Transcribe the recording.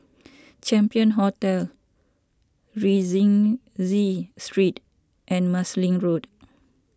Champion Hotel Rienzi Street and Marsiling Road